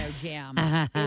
jam